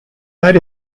that